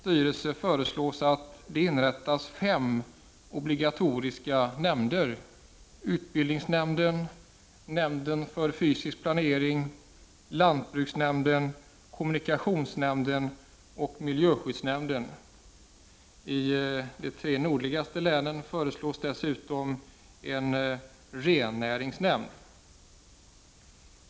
Det föreslås att det inrättas fem obligatoriska nämnder vid sidan av länsstyrelsernas styrelse: utbildningsnämnden, nämnden för fysisk planering, lantbruksnämnden, kommunikationsnämnden och miljöskyddsnämnden. I de tre nordligaste länen föreslås också en rennäringsnämnd.